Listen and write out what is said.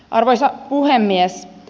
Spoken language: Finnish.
arvoisa puhemies